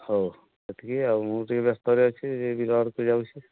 ହଉ ଏତିକି ଆଉ ମୁଁ ଟିକେ ବ୍ୟସ୍ତରେ ଅଛି ଯିବି ଘରକୁ ଯାଉଛି